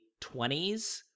20s